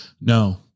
No